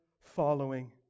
following